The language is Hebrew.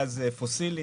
גז פוסילי